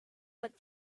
but